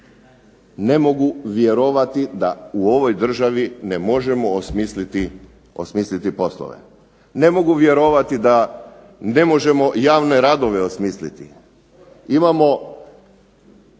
ne mogu vjerovati da u ovoj državi ne možemo osmisliti poslove. Ne mogu vjerovati da ne možemo javne radove osmisliti, imamo